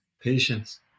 Patience